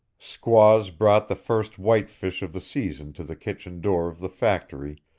squaws brought the first white-fish of the season to the kitchen door of the factory,